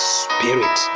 spirit